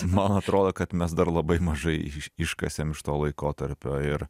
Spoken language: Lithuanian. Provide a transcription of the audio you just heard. man atrodo kad mes dar labai mažai iškasėm iš to laikotarpio ir